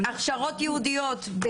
הכשרות ייעודיות.